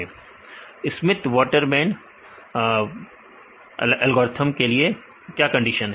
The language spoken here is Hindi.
विद्यार्थी स्मिथ वाटरमैन स्मिथ वाटरमैन सही है तो स्मिथ वाटरमैन एल्गोरिथ्म के लिए क्या कंडीशन है